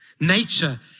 Nature